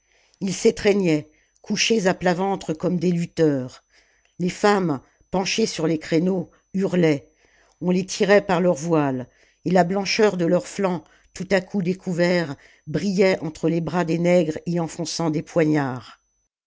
perpétuellement ilss'étreignaient couchés à plat ventre comme des lutteurs les femmes penchées sur les créneaux hurlaient on les tirait par leurs voiles et la blancheur de leurs flancs tout à coup découverts brillait entre les bras des nègres y enfonçant des poignards